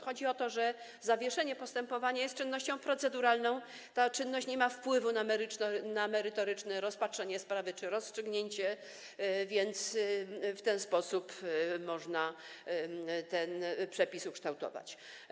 Chodzi o to, że zawieszenie postępowania jest czynnością proceduralną, ta czynność nie ma wpływu na merytoryczne rozpatrzenie czy rozstrzygnięcie sprawy, więc w ten sposób można ten przepis ukształtować.